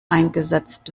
eingesetzt